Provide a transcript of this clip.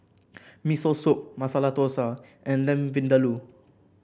Miso Soup Masala Dosa and Lamb Vindaloo